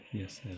Yes